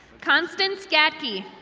constance gacky.